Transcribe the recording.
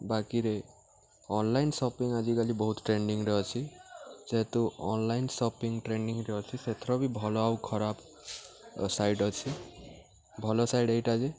ବାକିରେ online shopping ଆଜିକାଲି ବହୁତ ଟ୍ରେଣ୍ଡିଙ୍ଗରେ ଅଛି ଯେହେତୁ ଅନ୍ଲାଇନ୍ ସପିଙ୍ଗ ଟ୍ରେଣ୍ଡିଙ୍ଗରେ ଅଛି ସେଥର ବି ଭଲ ଆଉ ଖରାପ ସାଇଟ୍ ଅଛି ଭଲ ସାଇଟ୍ ଏଇଟା ଯେ